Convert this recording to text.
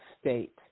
state